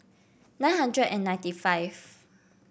nine hundred and ninety five